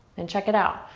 and check it out.